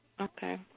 Okay